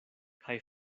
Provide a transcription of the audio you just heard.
kaj